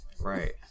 Right